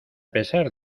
pesar